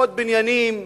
עוד בניינים,